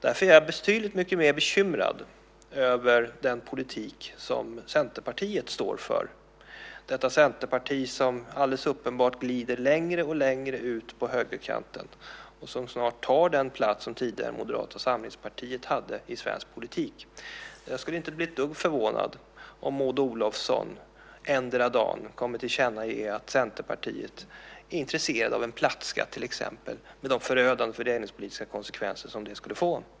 Därför är jag betydligt mycket mer bekymrad över den politik som Centerpartiet står för, detta Centerparti som alldeles uppenbart glider längre och längre ut på högerkanten och som snart tar den plats som tidigare Moderata samlingspartiet hade i svensk politik. Jag skulle inte bli ett dugg förvånad om Maud Olofsson endera dagen kommer att tillkännage att Centerpartiet är intresserat av en plattskatt till exempel, med de förödande fördelningspolitiska konsekvenser som det skulle få.